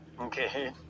Okay